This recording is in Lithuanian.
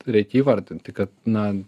reikia įvardinti kad na